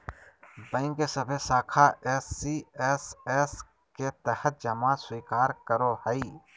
bank के सभे शाखा एस.सी.एस.एस के तहत जमा स्वीकार करो हइ